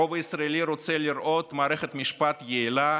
הרוב הישראלי רוצה לראות מערכת משפט יעילה,